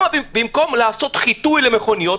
במקום לעשות חיטוי למכוניות,